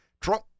Trump